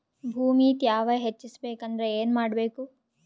ಭೂಮಿ ತ್ಯಾವ ಹೆಚ್ಚೆಸಬೇಕಂದ್ರ ಏನು ಮಾಡ್ಬೇಕು?